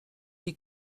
die